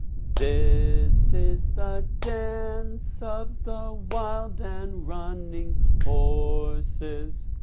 this is the dance of the wild and running horses.